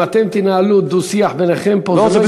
אם תנהלו דו-שיח ביניכם פה, זה לא יקרה.